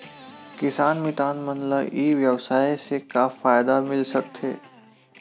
किसान मितान मन ला ई व्यवसाय से का फ़ायदा मिल सकथे?